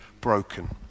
broken